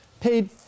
paid